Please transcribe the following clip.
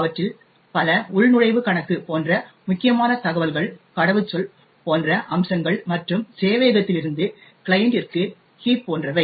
அவற்றில் பல உள்நுழைவு கணக்கு போன்ற முக்கியமான தகவல்கள் கடவுச்சொல் போன்ற அம்சங்கள் மற்றும் சேவையகத்திலிருந்து கிளையண்டிற்கு ஹீப் போன்றவை